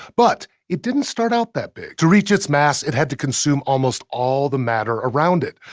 but it didn't start out that big. to reach its mass, it had to consume almost all the matter around it,